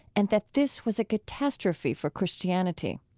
and that this was a catastrophe for christianity.